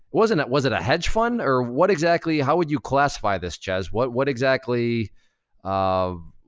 was and it was it a hedge fund, or what exactly, how would you classify this, chezz? what what exactly um